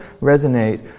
resonate